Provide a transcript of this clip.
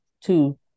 two